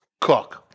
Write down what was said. cook